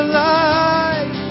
life